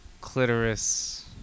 Clitoris